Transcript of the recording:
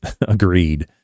agreed